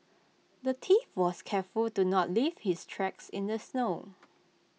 the thief was careful to not leave his tracks in the snow